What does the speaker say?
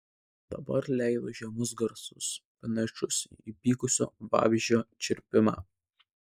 dabar leido žemus garsus panašius į įpykusio vabzdžio čirpimą